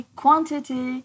quantity